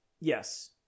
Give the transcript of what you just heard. yes